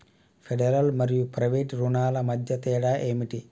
Federal మరియు private రుణాల మధ్య తేడా ఏమిటి?